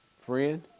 friend